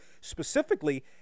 specifically